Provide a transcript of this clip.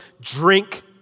Drink